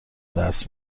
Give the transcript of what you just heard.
درس